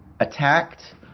Attacked